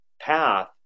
path